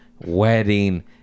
Wedding